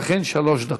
ולכן שלוש דקות.